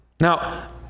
Now